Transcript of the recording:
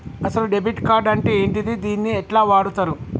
అసలు debit card అంటే ఏంటిది? దీన్ని ఎట్ల వాడుతరు?